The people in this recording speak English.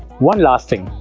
one last thing,